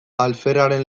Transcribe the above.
alferraren